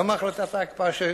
גם החלטת ההקפאה,